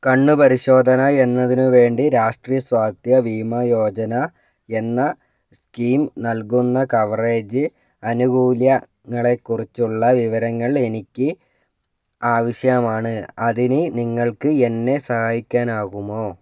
കണ്ണ് പരിശോധന എന്നതിനുവേണ്ടി രാഷ്ട്രീയ സ്വാസ്ഥ്യ ബീമാ യോജന എന്ന സ്കീം നൽകുന്ന കവറേജ് ആനുകൂല്യങ്ങളെക്കുറിച്ചുള്ള വിവരങ്ങൾ എനിക്ക് ആവശ്യമാണ് അതിന് നിങ്ങൾക്ക് എന്നെ സഹായിക്കാനാകുമോ